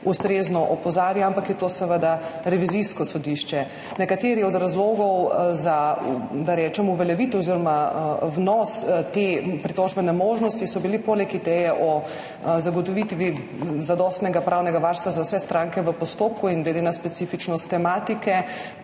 ustrezno opozarja, ampak je to seveda revizijsko sodišče. Eden od razlogov za, da rečem, uveljavitev oziroma vnos te pritožbene možnosti je bilo poleg ideje o zagotovitvi zadostnega pravnega varstva za vse stranke v postopku in glede na specifičnost tematike